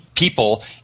people